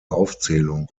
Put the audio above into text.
aufzählung